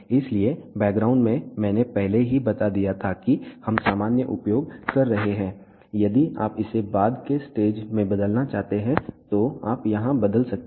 इसलिए बैकग्राउंड में मैंने पहले ही बता दिया था कि हम सामान्य उपयोग कर रहे हैं यदि आप इसे बाद के स्टेज में बदलना चाहते हैं तो आप यहां बदल सकते हैं